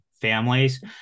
families